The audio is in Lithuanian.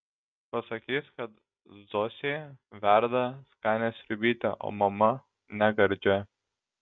pasakys kad zosė verda skanią sriubytę o mama negardžią